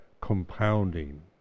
compounding